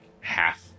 half